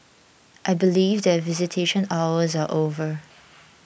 I believe that visitation hours are over